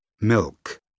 Milk